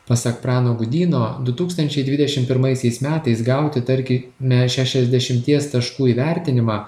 pasak prano gudyno du tūkstančiai dvidešim pirmaisaisiais metais gauti tarkime šešiasdešimties taškų įvertinimą